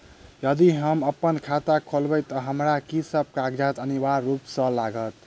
यदि हम अप्पन खाता खोलेबै तऽ हमरा की सब कागजात अनिवार्य रूप सँ लागत?